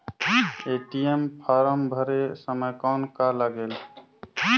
ATM form भरे समय कौन का लगेल?